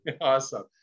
Awesome